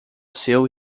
seu